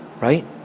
Right